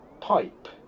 pipe